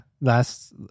Last